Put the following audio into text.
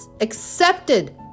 accepted